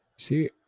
see